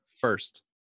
first